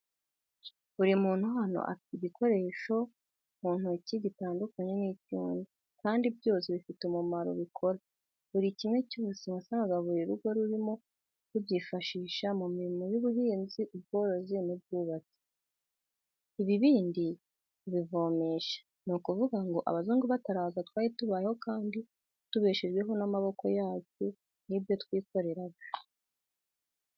Buri muntu hano afite igikoresho mu ntoki gitandukanye n'icy'undi kandi byose bifite umurimo bikora. Buri kimwe cyose wasangaga buri rugo rurimo rubyifashisha mu mirimo y'ubuhinzi, ubworozi n'ubwubatsi. Ibibindi babivomesha ni ukuvuga ngo abazungu bataraza twari tubayeho kandi tubeshejweho n'amaboko yacu n'ibyo twikoreraga.